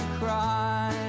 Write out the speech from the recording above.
cry